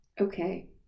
Okay